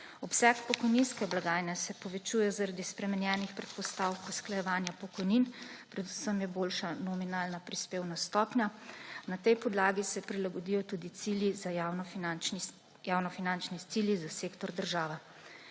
Obseg pokojninske blagajne se povečuje zaradi spremenjenih predpostavk usklajevanja pokojnin, predvsem je boljša nominalna prispevna stopnja. Na tej podlagi se prilagodijo tudi javnofinančni cilji za sektor država.